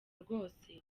rwose